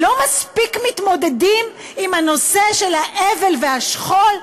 לא מספיק מתמודדים עם הנושא של האבל והשכול?